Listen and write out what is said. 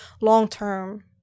long-term